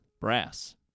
Brass